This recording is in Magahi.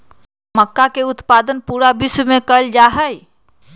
मक्का के उत्पादन पूरा विश्व में कइल जाहई